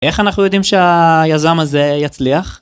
איך אנחנו יודעים שהיזם הזה יצליח?